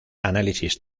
análisis